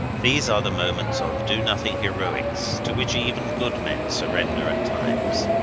these are the moments of do-nothing heroics to which even good men surrender at times.